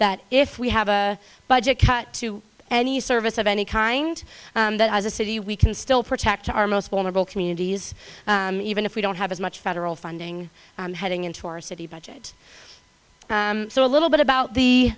that if we have a budget cut to any service of any kind that as a city we can still protect our most vulnerable communities even if we don't have as much federal funding heading into our city budget so a little bit about the